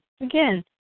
Again